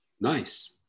nice